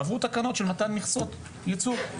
עברו תקנות של מתן מכסות ייצור,